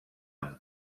amb